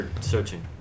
searching